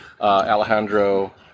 Alejandro